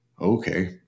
Okay